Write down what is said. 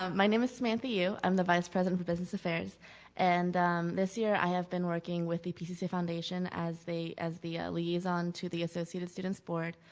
um my name is samantha yu. i'm the vice president of business affairs and this year i have been working with the pcc foundation as the as the liaison to the associated student's board.